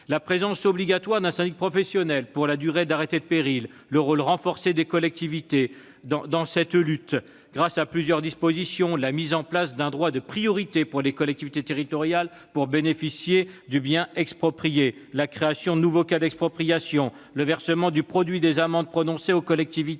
la présence obligatoire d'un syndic professionnel pour la durée de l'arrêté de péril ou d'insalubrité. Elle s'est efforcée de renforcer le rôle des collectivités dans cette lutte grâce à plusieurs dispositions : la mise en place d'un droit de priorité au profit des collectivités territoriales pour bénéficier du bien exproprié ; la création d'un nouveau cas d'expropriation ; le versement du produit des amendes prononcées aux collectivités